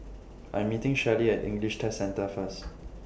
I'm meeting Shellie At English Test Centre First